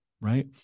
right